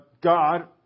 God